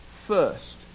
first